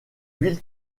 ville